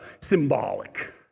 symbolic